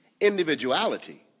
individuality